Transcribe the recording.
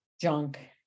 junk